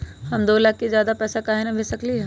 हम दो लाख से ज्यादा पैसा काहे न भेज सकली ह?